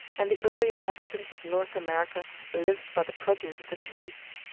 and the early inhabitants of north america lived by the produce of the chase.